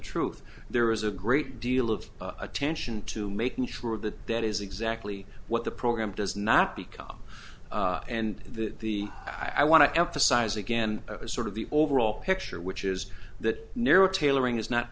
truth there is a great deal of attention to making sure that that is exactly what the program does not become and the i want to emphasize again sort of the overall picture which is that narrow tailoring